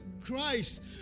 Christ